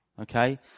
Okay